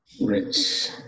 Rich